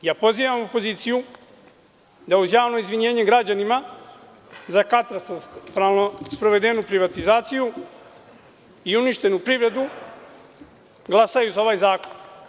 Pozivam opoziciju da uz javno izvinjenje građanima za katastrofalno sprovedenu privatizaciju i uništenu privredu glasaju za ovaj zakon.